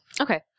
Okay